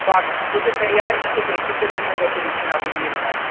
तो आप मुझे तैयार कितने कितने दिन में करके दे देंगे आप मुझे ये बता दीजिए